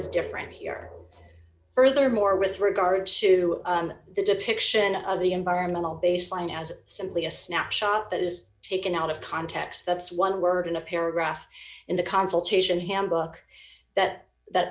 is different here furthermore with regard to the depiction of the environmental baseline as simply a snapshot that is taken out of context that's one word in a paragraph in the consultation handbook that that